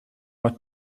what